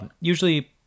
usually